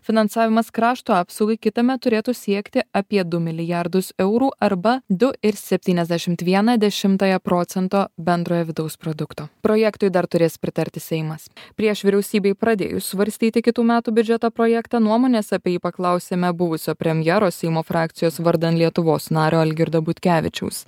finansavimas krašto apsaugai kitąmet turėtų siekti apie du milijardus eurų arba du ir septyniasdešimt vieną dešimtąją procento bendrojo vidaus produkto projektui dar turės pritarti seimas prieš vyriausybei pradėjus svarstyti kitų metų biudžeto projektą nuomonės apie jį paklausėme buvusio premjero seimo frakcijos vardan lietuvos nario algirdo butkevičiaus